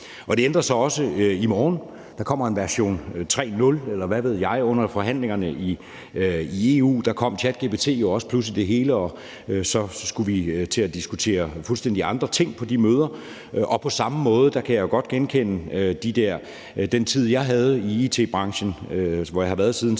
det ændrer sig også i morgen, for der kommer en version 3.0, eller hvad ved jeg. Under forhandlingerne i EU kom ChatGPT også pludselig midt i det hele, og så skulle vi til at diskutere fuldstændig andre ting på de møder. På samme måde kan jeg godt genkende den tid, jeg havde i it-branchen, hvor jeg har været siden 1996.